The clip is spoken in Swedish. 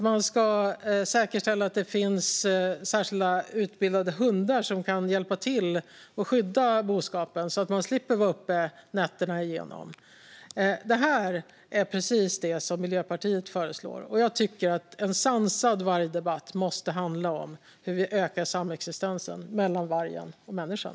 Man ska säkerställa att det finns särskilda utbildade hundar som kan hjälpa till att skydda boskapen så att lantbrukaren slipper vara uppe hela nätterna. Detta är precis det som Miljöpartiet föreslår, och jag tycker att en sansad vargdebatt måste handla om hur vi ökar samexistensen mellan vargen och människan.